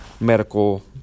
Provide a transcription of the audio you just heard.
medical